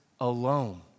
alone